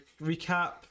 recap